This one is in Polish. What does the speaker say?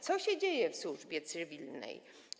Co się dzieje w służbie cywilnej?